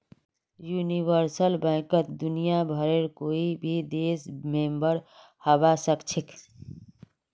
universal बैंकत दुनियाभरेर कोई भी देश मेंबर हबा सखछेख